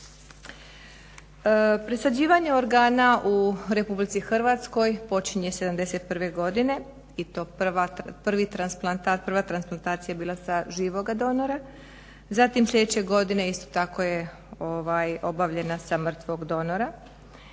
Presađivanje organa u RH počinje 71. godine i to prvi transplatant, prva transplantacija je bila sa živoga donora. Zatim sljedeće godine isto tako je obavljena sa mrtvog donora.